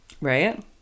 right